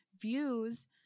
views